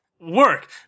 work